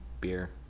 beer